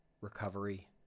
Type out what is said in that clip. recovery